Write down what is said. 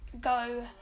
go